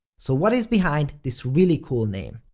so what is behind this really cool name?